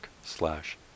slash